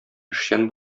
эшчән